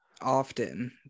often